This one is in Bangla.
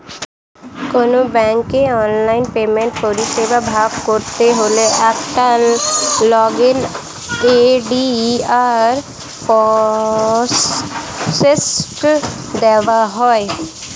কোনো ব্যাংকের অনলাইন পেমেন্টের পরিষেবা ভোগ করতে হলে একটা লগইন আই.ডি আর পাসওয়ার্ড দেওয়া হয়